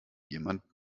jemand